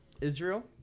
Israel